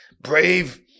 brave